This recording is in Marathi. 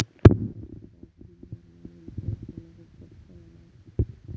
आजच्या काळात बिल भरणा आणि रिचार्ज करणा खूप सोप्प्या झाला आसा